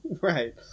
Right